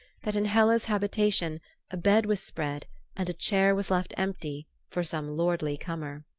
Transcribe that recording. that in hela's habitation a bed was spread and a chair was left empty for some lordly comer.